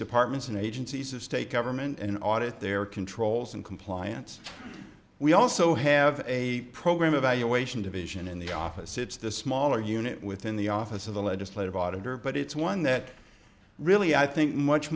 departments and agencies of state government and audit their controls and compliance we also have a program evaluation division in the office it's the smaller unit within the office of the legislative auditor but it's one that really i think much